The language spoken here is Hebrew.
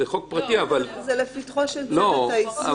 זה חוק פרטי -- זה לפתחו של --- היישום.